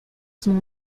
son